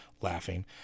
laughing